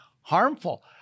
harmful